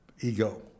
ego